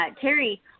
Terry